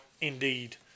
indeed